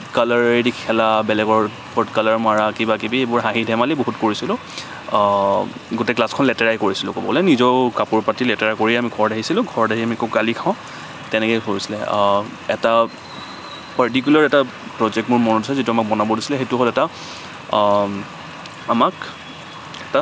কালাৰেদি খেলা বেলেগৰ ওপৰত কালাৰ মৰা কিবা কিবি এইবোৰ হাঁহি ধেমালি বহুত কিবা কিবি কৰিছিলো গোটেই ক্লাছখন লেতেৰাই কৰিছিলো ক'বলে নিজেও কাপোৰ পাতি লেতেৰাই কৰিয়ে আমি ঘৰত আহিছিলো ঘৰত আহি আমি আকৌ গালি খাওঁ তেনেকেই কৰিছিলো এটা পাৰ্টিকুলাৰ এটা প্ৰজেক্ট মোৰ মনত আছে যিটো আমাক বনাব দিছিলে সেইটো হ'ল এটা আমাক